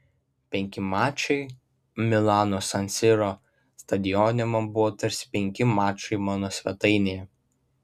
penki mačai milano san siro stadione man buvo tarsi penki mačai mano svetainėje